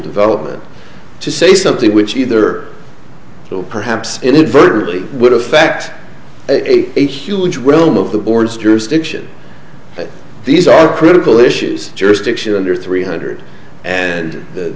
development to say something which either will perhaps inadvertently would affect a huge we'll move the board's jurisdiction but these are critical issues jurisdiction under three hundred and the